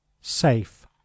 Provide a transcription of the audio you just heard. Safe